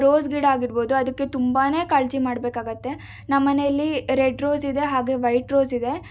rose ಗಿಡ ಆಗಿರ್ಬೋದು ಅದಕ್ಕೆ ತುಂಬಾ ಕಾಳಜಿ ಮಾಡಬೇಕಾಗತ್ತೆ ನಮ್ಮನೇಲಿ ರೆಡ್ ರೋಸ್ ಇದೆ ಹಾಗೆ ವೈಟ್ ರೋಸ್ ಇದೆ